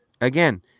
again